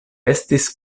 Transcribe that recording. estis